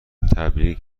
تبریک